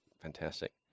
fantastic